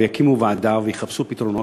יקימו ועדה ויחפשו פתרונות.